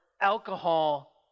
alcohol